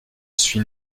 suis